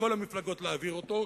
מכל המפלגות להעביר אותו,